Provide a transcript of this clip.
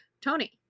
Tony